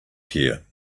here